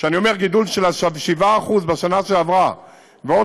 כשאני אומר גידול של 7% בשנה שעברה ועוד